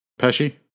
Pesci